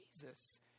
Jesus